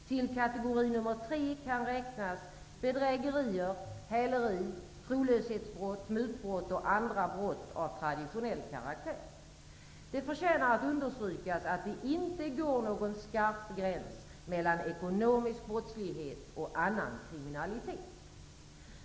Till kategori nummer tre kan räknas bedrägerier, häleri, trolöshetsbrott, mutbrott och andra brott av traditionell karaktär. Det förtjänar att understrykas att det inte går någon skarp gräns mellan ekonomisk brottslighet och annan kriminalitet.